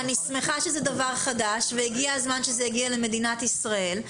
אני שמחה שזה דבר חדש והגיע הזמן שזה יגיע למדינת ישראל.